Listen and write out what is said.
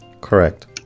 Correct